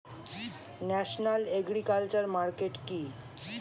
National agriculture market কি?